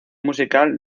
musical